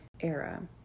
era